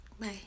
Bye